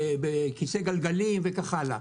בכיסא גלגלים וכך הלאה,